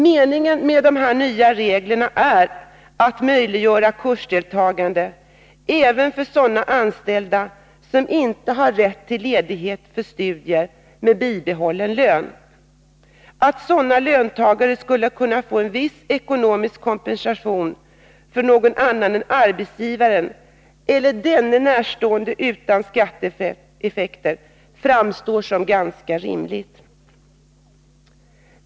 Meningen med de nya reglerna är att möjliggöra kursdeltagande även för sådana anställda som inte har rätt till ledighet för studier med bibehållen lön. Att sådana löntagare skulle kunna få en viss ekonomisk kompensation från någon annan än arbetsgivaren eller denne närstående utan skatteeffekter framstår som ganska rimligt.